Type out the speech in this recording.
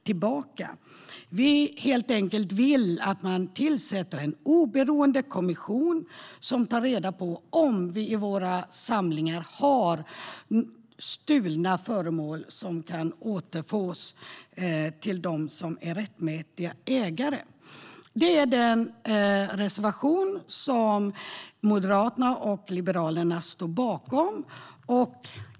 Vi vill helt enkelt att man tillsätter en oberoende kommission som tar reda på om vi i våra samlingar har stulna föremål som kan återbördas till sina rättmätiga ägare. Det är den reservation som Moderaterna och Liberalerna står bakom.